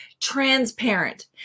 transparent